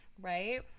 Right